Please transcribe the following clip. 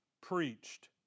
Preached